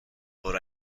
but